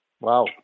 Wow